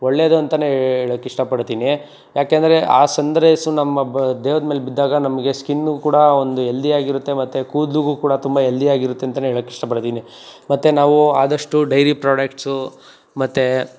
ಒಳ್ಳೇದು ಅಂತೆಯೇ ಹೇಳೋಕ್ಕೆ ಇಷ್ಟಪಡ್ತೀನಿ ಏಕೆಂದ್ರೆ ಆ ಸನ್ ರೈಸು ನಮ್ಮ ದೇಹದ ಮೇಲೆ ಬಿದ್ದಾಗ ನಮಗೆ ಸ್ಕಿನ್ನುಗೆ ಕೂಡ ಒಂದು ಎಲ್ದಿಯಾಗಿರುತ್ತೆ ಮತ್ತು ಕೂದ್ಲಿಗೂ ಕೂಡ ತುಂಬ ಎಲ್ದಿಯಾಗಿರುತ್ತೆ ಅಂತೆಯೇ ಹೇಳೋಕ್ಕೆ ಇಷ್ಟಪಡ್ತೀನಿ ಮತು ನಾವು ಆದಷ್ಟು ಡೈರಿ ಪ್ರಾಡಕ್ಟ್ಸು ಮತ್ತು